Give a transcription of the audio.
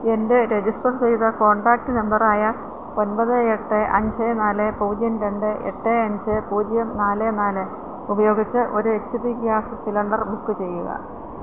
എൻ്റെ രജിസ്റ്റർ ചെയ്ത contact number ആയ ഒമ്പത് എട്ട് അഞ്ച് നാല് പൂജ്യം രണ്ട് എട്ട് അഞ്ച് പൂജ്യം നാല് നാല് ഉപയോഗിച്ച് ഒരു H P gas cylinder book ചെയ്യുക